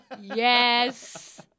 Yes